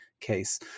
case